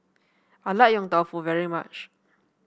I like Yong Tau Foo very much